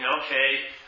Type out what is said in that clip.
Okay